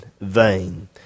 vain